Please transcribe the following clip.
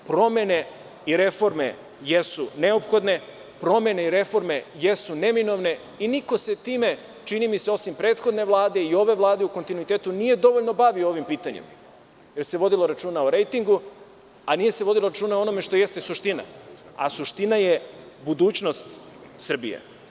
Promene i reforme jesu neophodne, jesu neminovne i niko se time, čini mi se, osim prethodne Vlade i ove Vlade u kontinuitetu nije dovoljno bavio ovim pitanjem, jer se vodilo računa o rejtingu, a nije se vodilo računa o onome što jeste suština, a suština je budućnost Srbije.